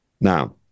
Now